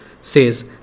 says